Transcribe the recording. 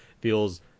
feels